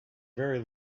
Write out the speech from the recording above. very